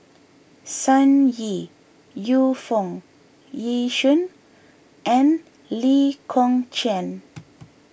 Sun Yee Yu Foo Yee Shoon and Lee Kong Chian